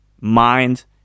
mind